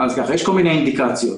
יש כל מיני אינדיקציות.